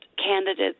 candidates